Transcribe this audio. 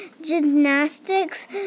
gymnastics